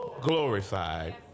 glorified